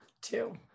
Two